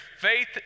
faith